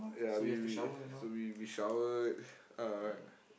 ya we we so we we showered uh